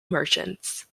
merchants